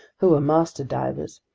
who were master divers,